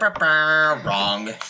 wrong